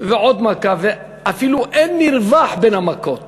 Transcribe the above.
ועוד מכה, ואפילו אין מרווח בין המכות.